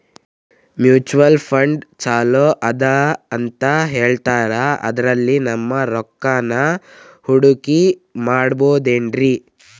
Mutual fund ಛಲೋ ಅದಾ ಅಂತಾ ಹೇಳ್ತಾರ ಅದ್ರಲ್ಲಿ ನಮ್ ರೊಕ್ಕನಾ ಹೂಡಕಿ ಮಾಡಬೋದೇನ್ರಿ?